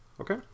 Okay